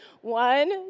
One